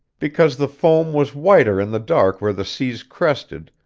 because the foam was whiter in the dark where the seas crested,